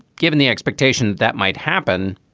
given the expectation that that might happen,